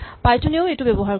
Python এও এইটো ব্যৱহাৰ কৰে